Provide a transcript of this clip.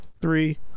three